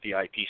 vip